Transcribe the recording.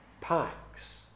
packs